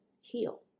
heal